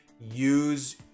use